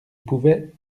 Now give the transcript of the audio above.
pouvait